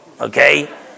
okay